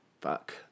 fuck